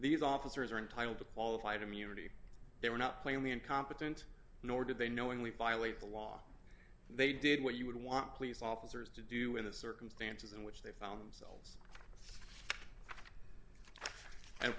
these officers are entitled to qualified immunity they were not plainly incompetent nor did they knowingly violate the law they did what you would want police officers to do in the circumstances in which they found themselves and